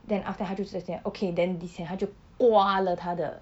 then after that 他就直接讲 okay then this hand 他就挖了他的